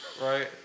Right